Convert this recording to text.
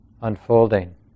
unfolding